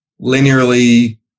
linearly